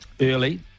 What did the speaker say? early